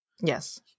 Yes